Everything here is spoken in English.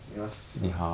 ya sia